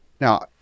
now